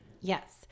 Yes